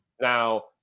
Now